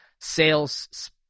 sales